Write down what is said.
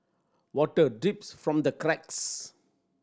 water drips from the cracks